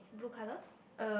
blue colour